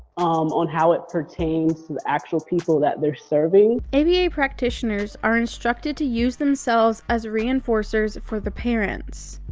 on how it pertains to the actual people that they're serving. aba practitioners are instructed to use themselves as reinforcers for the parents.